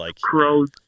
Crows